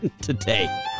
today